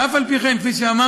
ואף על פי כן, כפי שאמרתי,